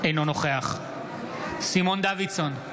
אינו נוכח סימון דוידסון,